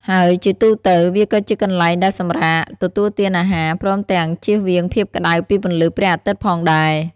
ហើយជាទូទៅវាក៏ជាកន្លែងដែលសម្រាប់ ទទួលទានអារហារ ព្រមទាំងជៀសវាងភាពក្តៅពីពន្លឺព្រះអាទិត្យផងដែរ ។